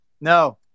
No